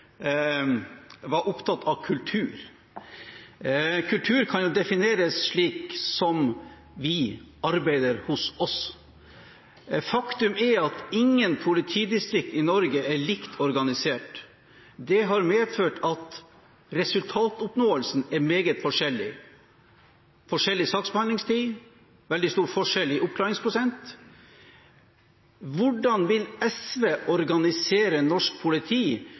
var opptatt av kultur. Kultur kan jo defineres slik som vi arbeider hos oss. Faktum er at ingen politidistrikt i Norge er likt organisert. Det har medført at resultatoppnåelsen er meget forskjellig, forskjellig saksbehandlingstid, veldig stor forskjell i oppklaringsprosent. Hvordan vil SV organisere norsk politi,